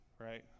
right